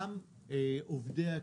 גם עובדי הכנסת,